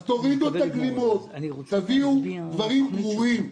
אז תורידו את הגלימות, תביאו דברים ברורים.